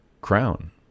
crown